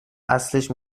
اصلش